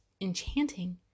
Enchanting